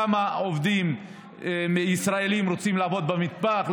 אנחנו יודעים כמה עובדים ישראלים רוצים לעבוד במטבח,